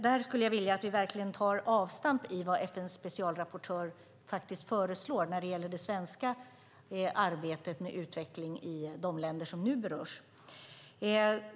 Där skulle jag vilja att vi verkligen tar avstamp i vad FN:s specialrapportör föreslår när det gäller det svenska arbetet med utveckling i de länder som nu berörs.